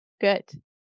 good